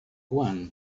one